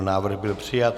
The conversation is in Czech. Návrh byl přijat.